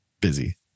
busy